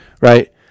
Right